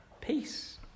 peace